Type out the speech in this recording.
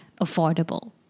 affordable